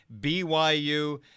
BYU